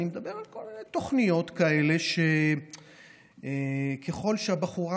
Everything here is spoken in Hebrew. אני מדבר על כל מיני תוכניות כאלה שככל שהבחורה